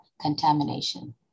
contamination